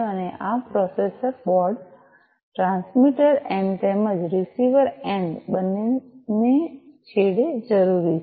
અને આ processor board transmitter end તેમજ રીસીવર એન્ડ બંને છેડે જરૂરી છે